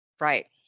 Right